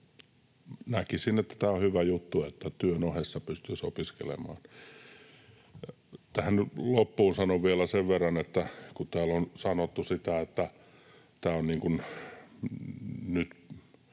Näkisin, että tämä on hyvä juttu, että työn ohessa pystyisi opiskelemaan. Tähän loppuun sanon vielä sen verran, kun täällä on sanottu sitä — edustaja Lyly